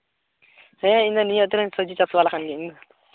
ᱦᱮᱸ ᱤᱧ ᱫᱚ ᱱᱤᱭᱟᱹ ᱟᱹᱛᱩ ᱨᱮᱱ ᱥᱚᱵᱽᱡᱤ ᱪᱟᱥ ᱵᱟᱞᱟ ᱠᱟᱱ ᱜᱤᱭᱟᱹᱧ ᱤᱧ ᱫᱚ